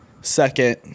Second